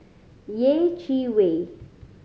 Yeh Chi Wei